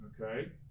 okay